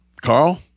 Carl